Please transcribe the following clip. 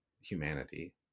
humanity-